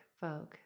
Vogue